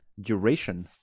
duration